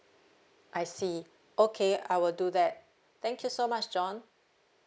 I see okay I will do that thank you so much john